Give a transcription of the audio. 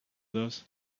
those